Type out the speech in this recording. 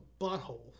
butthole